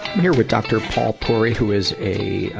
here with dr. paul puri, who is a, ah,